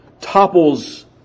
topples